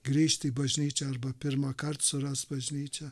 grįžti į bažnyčią arba pirmąkart suras bažnyčią